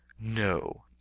No